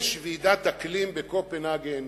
יש ועידת אקלים בקופנהגן.